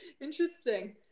interesting